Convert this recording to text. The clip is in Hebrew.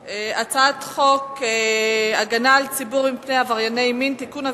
הצעת חוק הגנה על הציבור מפני עברייני מין (תיקון,